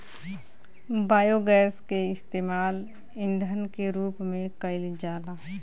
biogas के इस्तेमाल ईधन के रूप में कईल जाला